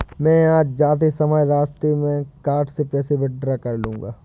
मैं आज जाते समय रास्ते में कार्ड से पैसे विड्रा कर लूंगा